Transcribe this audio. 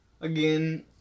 Again